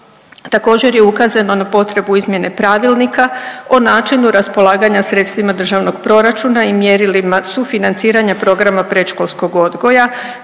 Također je ukazano na potrebu izmjene Pravilnika o načinu raspolaganja sredstvima državnog proračuna i mjerilima sufinanciranja programa predškolskog odgoja